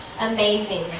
amazing